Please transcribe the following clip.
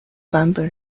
版本